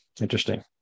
Interesting